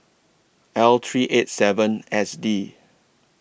L three eight seven S D